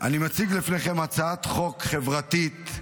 אני מציג בפניכם הצעת חוק חברתית,